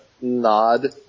nod